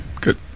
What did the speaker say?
Good